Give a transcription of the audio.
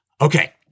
Okay